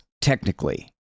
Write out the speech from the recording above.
technically